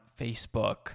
Facebook